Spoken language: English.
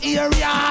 area